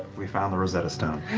we found the rosetta stone.